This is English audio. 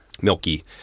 Milky